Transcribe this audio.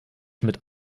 mit